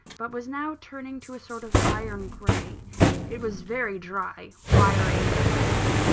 but was now turning to a sort of iron-grey it was very dry, wiry, and plentiful,